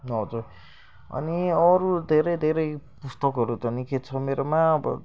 हजुर अनि अरू धेरै धेरै पुस्तकहरू त निकै छ मेरोमा अब